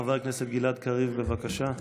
חבר הכנסת גלעד קריב, בבקשה.